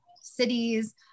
cities